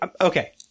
okay